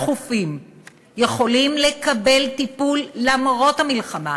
יכולים לקבל טיפול למרות המלחמה